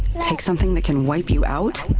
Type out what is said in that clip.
take something that can wipe you out.